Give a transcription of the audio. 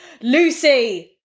Lucy